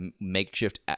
makeshift